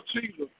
Jesus